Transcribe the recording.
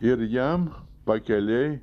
ir jam pakelėj